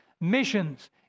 Missions